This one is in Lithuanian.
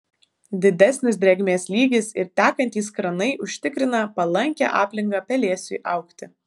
didesnis drėgmės lygis ir tekantys kranai užtikrina palankią aplinką pelėsiui augti